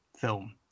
film